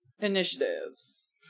initiatives